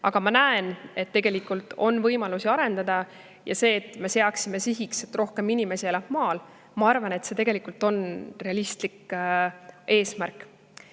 Aga ma näen, et tegelikult on võimalusi areneda. Ja see, et me seaksime sihiks, et rohkem inimesi elab maal, ma arvan, on realistlik eesmärk,